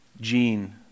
gene